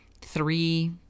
three